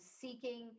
seeking